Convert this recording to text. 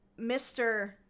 Mr